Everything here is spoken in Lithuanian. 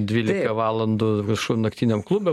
dvylika valandų kažkur naktiniam klube